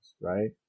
right